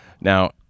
Now